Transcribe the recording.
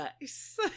nice